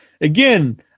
Again